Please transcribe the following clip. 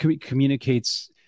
communicates